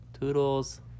Toodles